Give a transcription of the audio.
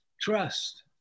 trust